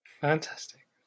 fantastic